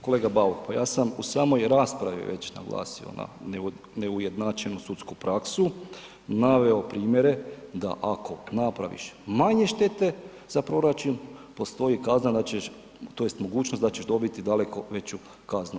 Kolega Bauk, pa ja sam u samoj raspravi već naglasio neujednačenu sudsku praksu, naveo primjere da ako napraviš manje štete za proračun, postoji kazna da ćeš tj. mogućnost da će dobiti daleko veću kaznu.